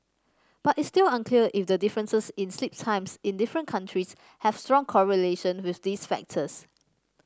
but it's still unclear if the differences in sleep times in different countries have strong correlation with these factors